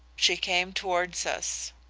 she came towards us.